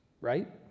right